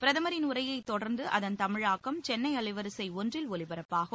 பிரதமரின் உரையை தொடர்ந்து அதன் தமிழாக்கம் சென்னை அலைவரிசை ஒன்றில் ஒலிடரப்பாகும்